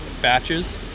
batches